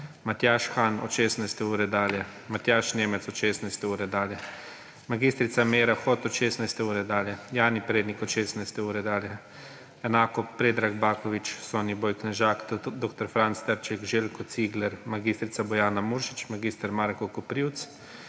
Matjaž Han od 16. ure dalje, Matjaž Nemec od 16. ure dalje, mag. Meira Hot od 16. ure dalje, Jani Prednik od 16. ure dalje, enako Predrag Baković, Soniboj Knežak, dr. Franc Trček, Željko Cigler, mag. Bojana Muršič, mag. Marko Koprivc,